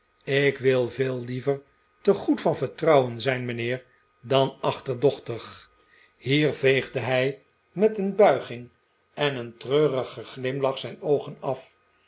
ik wil veel liever te goed van vertrouwen zijn mijnheer dan achterdochtig hier veegde hij met een buiging en een treurigen glimlach zijn oogen af